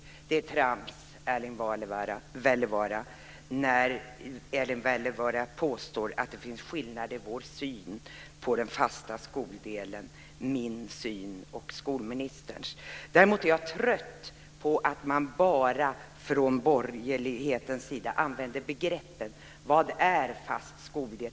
Det är trams att det, som Erling Wälivaara påstår, finns skillnader mellan min och skolministerns syn på detta med fast skoldel. Jag är trött på att man från borgerlighetens sida bara använder det begreppet. Vad är då fast skoldel?